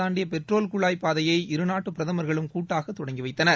தாண்டிய பெட்ரோல் குழாய் பாதையை இருநாட்டு பிரதமர்களும் கூட்டாக தொடங்கி வைத்தனர்